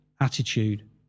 attitude